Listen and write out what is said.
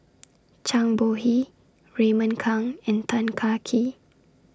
Zhang Bohe Raymond Kang and Tan Kah Kee